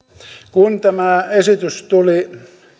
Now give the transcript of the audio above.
kun tämä esitys tuli